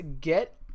get